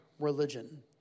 religion